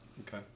Okay